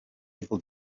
able